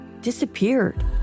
disappeared